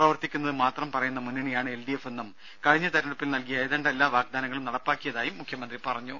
പ്രവർത്തിക്കുന്നത് മാത്രം പറയുന്ന മുന്നണിയാണ് എൽഡിഎഫ് എന്നും കഴിഞ്ഞ തെരഞ്ഞെടുപ്പിൽ നൽകിയ ഏതാണ്ടെല്ലാ വാഗ്ദാനങ്ങളും നടപ്പാക്കിയതായും മുഖ്യമന്ത്രി പറഞ്ഞു